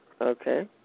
Okay